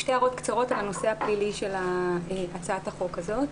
שתי הערות קצרות על הנושא הפלילי של הצעת החוק הזאת.